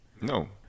No